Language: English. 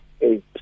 eight